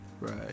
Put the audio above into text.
Right